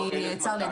וואי, צר לי.